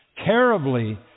terribly